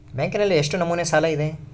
ಬ್ಯಾಂಕಿನಲ್ಲಿ ಎಷ್ಟು ನಮೂನೆ ಸಾಲ ಇದೆ?